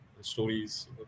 stories